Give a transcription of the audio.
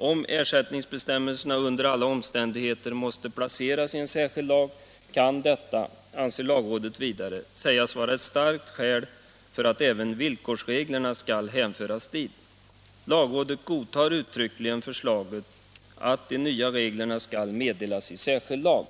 Om ersättningsbestämmelserna under alla omständigheter måste placeras i en särskild lag kan detta, anser lagrådet vidare, sägas vara ett starkt skäl för att även villkorsreglerna skall hänföras dit. Lagrådet godtar uttryckligen förslaget att de nya reglerna skall meddelas i en särskild lag.